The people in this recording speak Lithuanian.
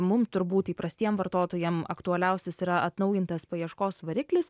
mum turbūt įprastiem vartotojam aktualiausias yra atnaujintas paieškos variklis